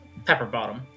Pepperbottom